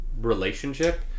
relationship